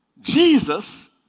Jesus